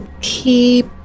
keep